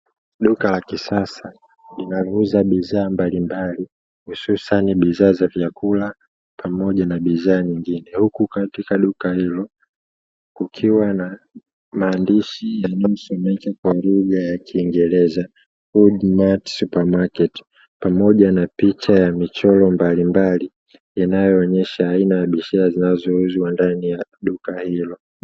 Duka la kisasa linalouza bidhaa mbalimbali, hususani bidhaa za vyakula pamoja na bidhaa nyingine. Huku katika duka hilo kukiwa na maandishi yanayosomeka kwa lugha ya kiingereza "Food Mart Supermarket", pamoja na picha ya michoro mbalimbali yanayoonyesha aina ya bidhaa zinazouzwa ndani ya duka hilo.